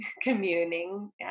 communing